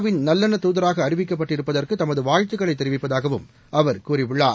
win நல்லெண்ண தூதராக அறிவிக்கப்பட்டிருப்பதற்கு தமது வாழ்த்துகளை தெரிவிப்பதாகவும் அவர் கூறியுள்ளார்